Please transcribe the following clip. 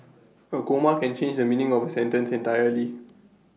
A comma can change the meaning of A sentence entirely